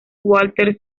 walter